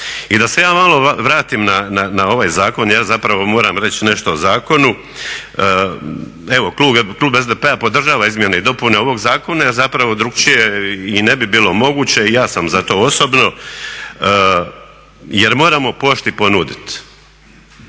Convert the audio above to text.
I da se ja malo vratim na ovaj zakon, ja zapravo moram reći nešto o zakonu. Evo klub SDP-a podržava izmjene i dopune ovog zakona, jer zapravo drukčije i ne bi bilo moguće. I ja sam za to osobno jer moramo pošti ponuditi,